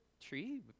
tree